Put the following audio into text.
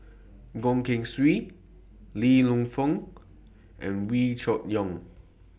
Goh Keng Swee Li Lienfung and Wee Cho Yaw